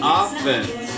offense